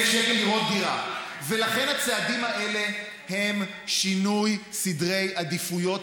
הצעדים האלה הם שינוי סדרי עדיפויות